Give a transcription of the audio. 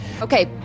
Okay